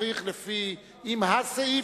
אם זה הסעיף,